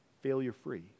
failure-free